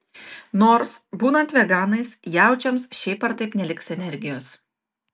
nors būnant veganais jaučiams šiaip ar taip neliks energijos